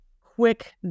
quick